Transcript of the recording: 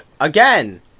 Again